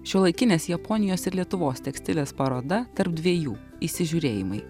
šiuolaikinės japonijos ir lietuvos tekstilės paroda tarp dviejų įsižiūrėjimai